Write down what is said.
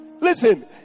Listen